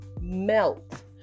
melt